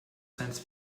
science